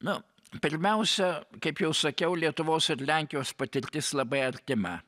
na pirmiausia kaip jau sakiau lietuvos ir lenkijos patirtis labai artima